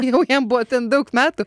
jau jam buvo ten daug metų